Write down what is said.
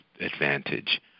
advantage